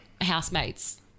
housemates